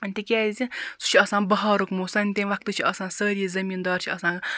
تِکیٛازِ سُہ چھُ آسان بَہارُک موسَم تمہِ وَقتہٕ چھِ آسان سٲری زمیٖنٛدار چھِ آسان